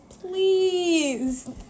please